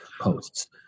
posts